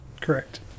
Correct